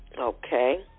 Okay